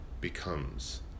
becomes